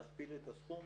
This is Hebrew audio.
להכפיל את הסכום